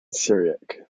syriac